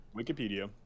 Wikipedia